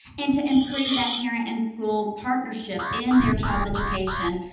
and to improve that parent and school partnership in their child's education,